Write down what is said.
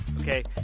Okay